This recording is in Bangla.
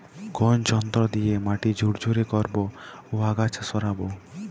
কোন যন্ত্র দিয়ে মাটি ঝুরঝুরে করব ও আগাছা সরাবো?